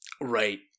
Right